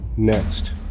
Next